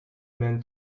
men